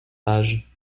page